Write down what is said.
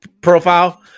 profile